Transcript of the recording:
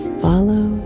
follow